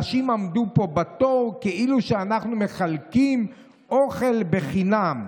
אנשים עמדו פה בתור כאילו שאנחנו מחלקים אוכל בחינם.